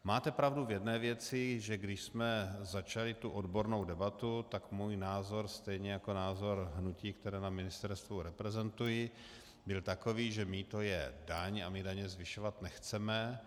Máte pravdu v jedné věci, že když jsme začali tu odbornou debatu, tak můj názor stejně jako názor hnutí, které na ministerstvu reprezentuji, byl takový, že mýto je daň, a my daně zvyšovat nechceme.